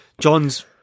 John's